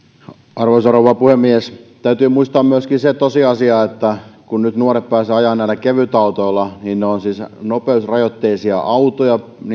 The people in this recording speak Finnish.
arvoisa rouva puhemies täytyy muistaa myöskin se tosiasia että kun nyt nuoret pääsevät ajamaan näillä kevytautoilla ne ovat siis nopeusrajoitteisia autoja